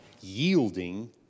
yielding